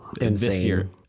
insane